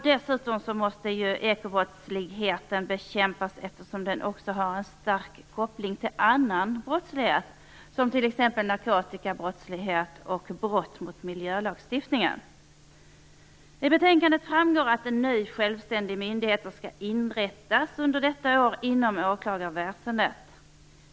Dessutom måste ekobrottsligheten bekämpas eftersom den också har en stark koppling till annan brottslighet, t.ex. narkotikabrottslighet och brott mot miljölagstiftningen. I betänkandet framgår att en ny självständig myndighet skall inrättas under detta år inom åklagarväsendet.